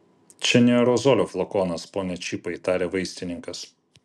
čia ne aerozolio flakonas pone čipai tarė vaistininkas